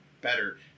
better